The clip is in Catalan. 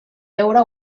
veure